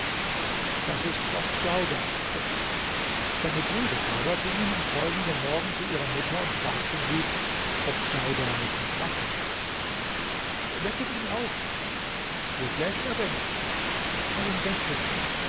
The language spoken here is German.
das ist was djaudar betrifft seine brüder aber gingen am folgenden morgen zu ihrer mutter und fragten sie ob djaudar noch nicht wache wecket ihn auf wo schläft er denn bei den gästen